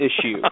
issue